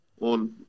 on